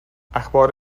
اخبار